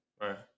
Right